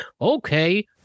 Okay